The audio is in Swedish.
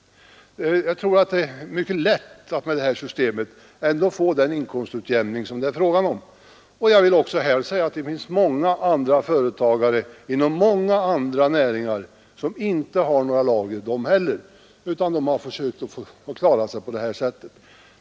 Jag tror att det med detta system är mycket lätt att ändå få den inkomstutjämning som det är fråga om, Det finns många företagare inom många andra näringar som inte heller har några lager, och de försöker klara det på detta sätt.